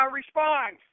respond